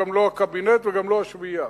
גם לא הקבינט וגם לא השביעייה,